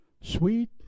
sweet